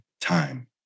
time